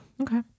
Okay